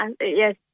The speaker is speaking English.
yes